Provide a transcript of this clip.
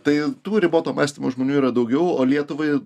tai tų riboto mąstymo žmonių yra daugiau o lietuvai